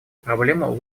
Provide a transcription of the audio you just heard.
проблему